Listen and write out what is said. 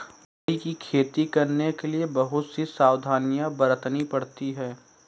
blueberry की खेती करने के लिए बहुत सी सावधानियां बरतनी पड़ती है